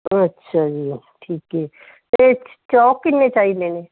ਅੱਛਾ ਜੀ ਠੀਕ ਹੈ ਅਤੇ ਚੌਕ ਕਿੰਨੇ ਚਾਹੀਦੇ ਨੇ